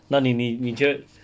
那你你你觉得